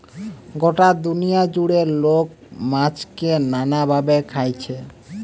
গটা দুনিয়া জুড়ে লোক মাছকে নানা ভাবে খাইছে